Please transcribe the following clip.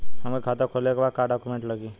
हमके खाता खोले के बा का डॉक्यूमेंट लगी?